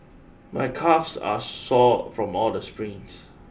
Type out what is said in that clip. my calves are sore from all the sprints